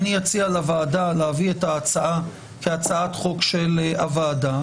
ואציע לוועדה להביא את ההצעה כהצעת חוק של הוועדה,